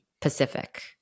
Pacific